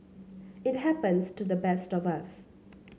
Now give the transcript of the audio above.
it happens to the best of us